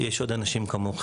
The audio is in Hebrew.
יש עוד הרבה אנשים כמוכם,